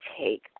take